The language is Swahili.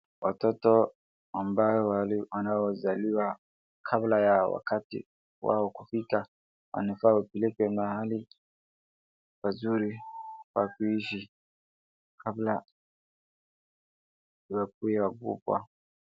Watoto ambao wanazaliwa kabla ya wakati wao ya kufike waafaa kupelekwa mahali ya kuishi kabla yao kukufa.